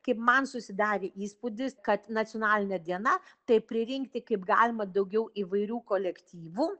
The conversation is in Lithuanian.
kaip man susidarė įspūdis kad nacionalinė diena tai pririnkti kaip galima daugiau įvairių kolektyvų